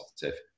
positive